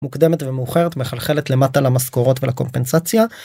מוקדמת ומאוחרת מחלחלת למטה למשכורות ולקומפנסציה.